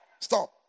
Stop